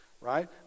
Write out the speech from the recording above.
right